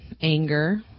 anger